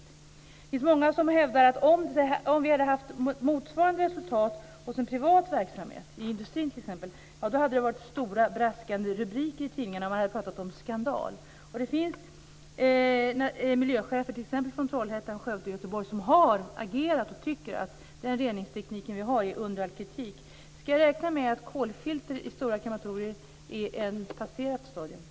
Det finns många som hävdar att om vi hade haft motsvarande resultat hos en privat verksamhet, i industrin t.ex., så hade det varit stora braskande rubriker i tidningarna, och man hade pratat om skandal. Det finns miljöchefer från t.ex. Trollhättan, Skövde och Göteborg som har agerat, och som tycker att den reningsteknik vi har är under all kritik. Ska jag räkna med att kolfilter i stora krematorier är ett passerat stadium?